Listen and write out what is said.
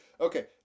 okay